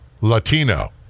Latino